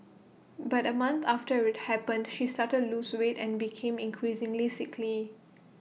but A month after would happened she started to lose weight and became increasingly sickly